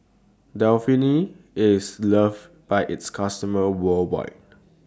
IS loved By its customers worldwide